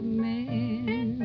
man